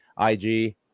IG